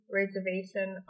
reservation